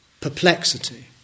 perplexity